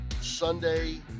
Sunday